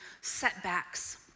setbacks